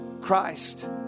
Christ